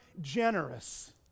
generous